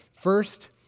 first